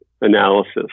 analysis